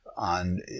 on